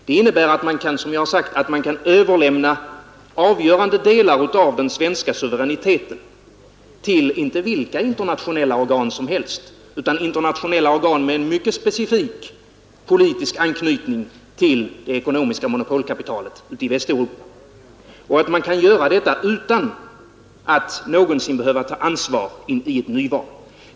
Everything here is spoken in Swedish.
Det innebär att man, som jag har nämnt, kan överlämna avgörande delar av den svenska suveräniteten till, inte vilka internationella organ som helst utan internationella organ med mycket specifik politisk anknytning till monopolkapitalet i Västeuropa, och att man kan göra detta utan att någonsin behöva ta sitt ansvar i ett nyval.